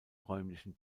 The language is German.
räumlichen